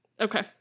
Okay